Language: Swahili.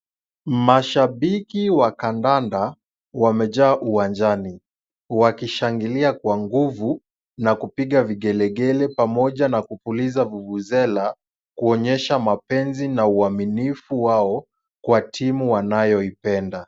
Mashabiki wa kandanda wamejaa uwanjani, wakishangilia kwa nguvu na kupiga vigelegele pamoja na kupuliza vuvuzela, kuonyesha mapenzi na uaminifu wao kwa timu wanayoipenda.